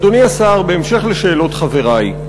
אדוני השר, בהמשך לשאלות חברי: